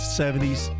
70s